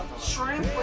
shrimp.